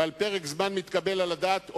ובפרק זמן מתקבל על הדעת,